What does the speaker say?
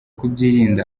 kubyirinda